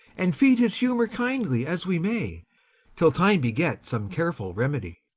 and feed his humour kindly as we may till time beget some careful remedy.